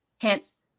Hence